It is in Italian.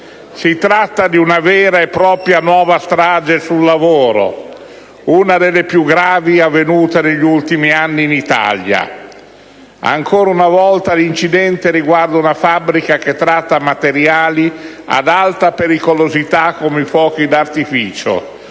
Si tratta di una vera e propria nuova strage sul lavoro, una delle più gravi avvenute negli ultimi anni in Italia. Ancora una volta l'incidente riguarda una fabbrica che tratta materiali ad alta pericolosità come i fuochi d'artificio: